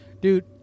Dude